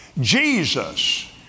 Jesus